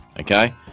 okay